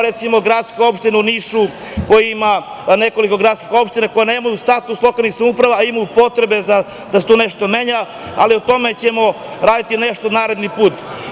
Recimo, gradska opština u Nišu ima nekoliko gradskih opština, nemaju status lokalnih samouprava, a imaju potrebu za nekim promenama, ali o tome ćemo govoriti naredni put.